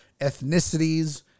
ethnicities